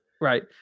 Right